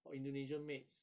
or indonesian maids